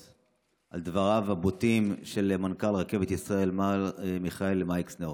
על דבריו הבוטים של מנכ"ל רכבת ישראל מר מיכאל מייקסנר